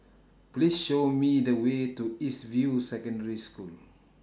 Please Show Me The Way to East View Secondary School